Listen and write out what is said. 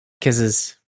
Kisses